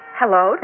hello